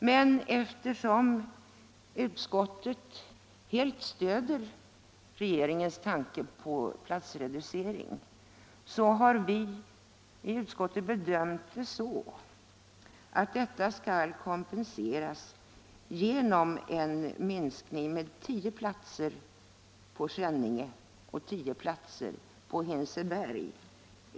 Men eftersom 16 april 1975 utskottet helt stöder regeringens tanke på platsreducering totalt sett har I utskottet bedömt att den begränsade reduceringen på Lärbro skall kom = Anslag till kriminalpenseras genom en minskning med 10 platser på Skänninge och 10 platser — vården på Hinseberg.